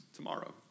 tomorrow